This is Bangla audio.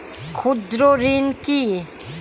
ক্ষুদ্র ঋণ কি?